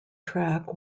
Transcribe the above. track